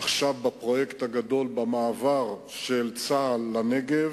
עכשיו בפרויקט הגדול, במעבר של צה"ל לנגב,